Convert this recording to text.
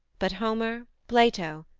but homer, plato,